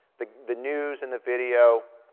the the news and the video,